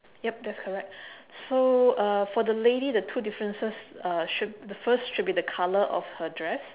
yup that's correct so uh for the lady the two differences uh should the first should be the colour of her dress